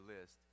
list